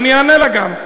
ואני אענה לה גם,